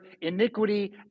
iniquity